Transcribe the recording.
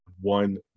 one